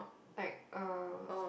like uh